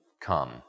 come